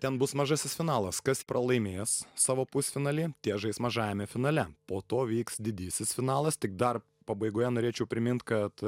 ten bus mažasis finalas kas pralaimės savo pusfinaly žais mažajame finale po to vyks didysis finalas tik dar pabaigoje norėčiau primint kad